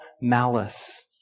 malice